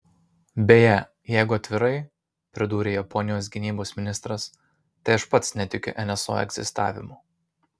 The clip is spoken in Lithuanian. beje jeigu atvirai pridūrė japonijos gynybos ministras tai aš pats netikiu nso egzistavimu